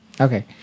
okay